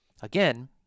Again